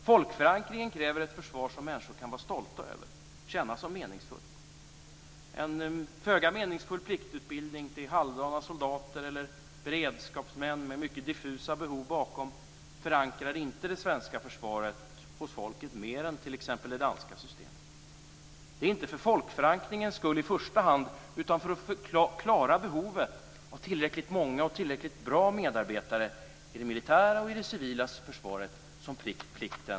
Folkförankringen kräver ett försvar som människor kan vara stolta över och känna som meningsfullt. En föga meningsfull pliktutbildning till halvdana soldater eller beredskapsmän med mycket diffusa behov bakom förankrar inte det svenska försvaret hos folket mer än t.ex. det danska systemet. Plikten är nödvändig, inte i första hand för folkförankringens skull utan för att klara behoven av tillräckligt många och tillräckligt bra medarbetare i det militära i det civila försvaret.